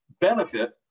benefit